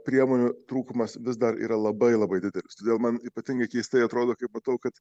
priemonių trūkumas vis dar yra labai labai didelis todėl man ypatingai keistai atrodo kaip matau kad